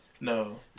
no